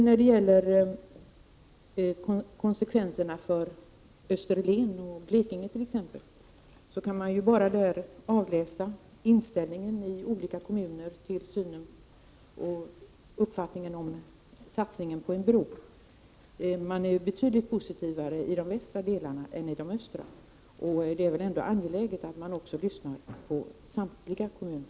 När det gäller konsekvenserna för t.ex. Österlen och Blekinge kan man bara avläsa inställningen i olika kommuner till satsningen på en bro. Man är betydligt mera positiv i de västra delarna än i de östra. Det är väl angeläget att lyssna på samtliga kommuner.